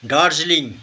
Darjeeling